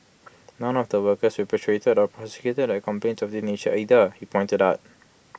none of the workers repatriated or prosecuted had complaints of this nature either he pointed out